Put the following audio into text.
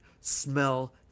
Smell